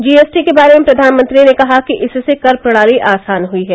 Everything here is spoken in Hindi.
जीएसटी के बारे में प्रधानमंत्री ने कहा कि इससे कर प्रणाली आसान हुई है